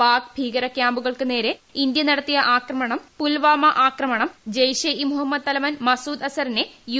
പാക് ഭീകരകൃാമ്പുകൾക്ക് നേരെ ഇന്തൃ നടത്തിയ ആക്രമണം പുൽവാമ ആക്രമണം ജെയ്ഷ ഇ മുഹമ്മദ് തലവൻ മസൂദ് അസറിനെ യൂ